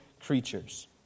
creatures